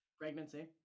Pregnancy